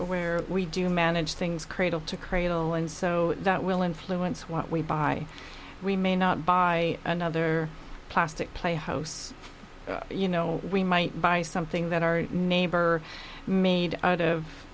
where we do manage things cradle to cradle and so that will influence what we buy we may not buy another plastic playhouse you know we might buy something that our neighbor made out of